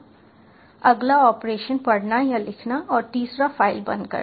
अगला ऑपरेशन पढ़ना या लिखना और तीसरा फ़ाइल बंद करना